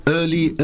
early